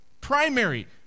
Primary